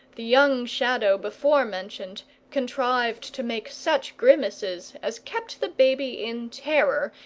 the young shadow before-mentioned contrived to make such grimaces as kept the baby in terror,